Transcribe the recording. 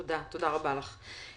תודה רבה לך.